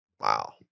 wow